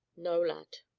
no, lad.